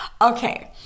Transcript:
Okay